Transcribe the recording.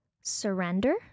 surrender